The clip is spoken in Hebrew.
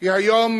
היא היום,